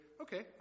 okay